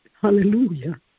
Hallelujah